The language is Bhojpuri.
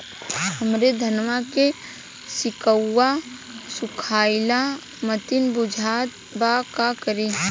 हमरे धनवा के सीक्कउआ सुखइला मतीन बुझात बा का करीं?